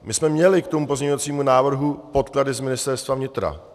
My jsme měli k tomu pozměňovacímu návrhu podklady z Ministerstva vnitra.